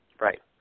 Right